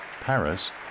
Paris